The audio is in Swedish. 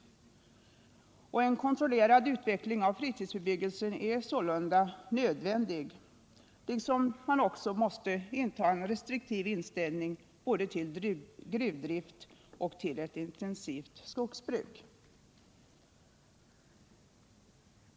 En kontrollerad utveckling av fritidsbebyggelsen är sålunda nödvändig, liksom man måste ha en restriktiv inställning både till gruvdrift och till ett intensivt skogsbruk.